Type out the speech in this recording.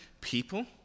people